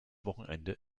wochenende